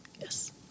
Yes